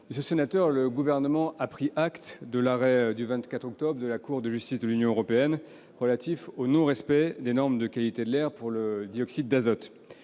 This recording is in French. en déplacement. Le Gouvernement a pris acte de l'arrêt du 24 octobre dernier de la Cour de justice de l'Union européenne relatif au non-respect des normes de qualité de l'air pour le dioxyde d'azote.